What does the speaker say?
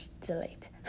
delete